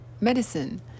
medicine